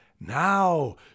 Now